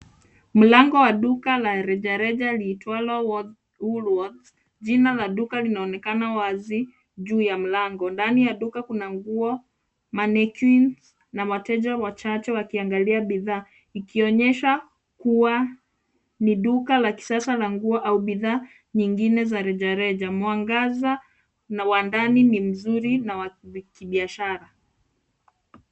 Mlango wa duka la rejareja liitwalo Woolworths. Jina la duka linaonekana wazi juu ya mlango. Ndani ya duka kuna nguo, mannequins , na wateja wachache wakiangalia bidhaa, ikionyesha kuwa ni duka la kisasa la nguo au bidhaa nyingine za rejareja. Mwangaza wa ndani ni mzuri na wa kibiashara.